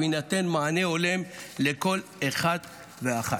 ויינתן מענה הולם לכל אחד ואחת.